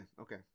Okay